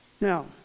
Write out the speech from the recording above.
Now